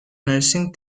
nursing